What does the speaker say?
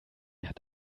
hat